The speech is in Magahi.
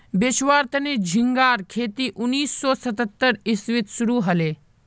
बेचुवार तने झिंगार खेती उन्नीस सौ सत्तर इसवीत शुरू हले